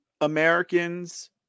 Americans